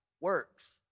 works